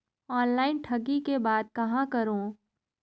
Online ठगी के बाद कहां करों?